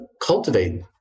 cultivate